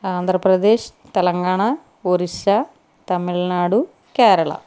Andhra Pradesh Telangana Orissa Tamil Nadu Kerala